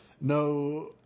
No